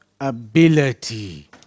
ability